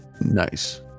Nice